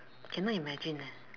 cannot imagine eh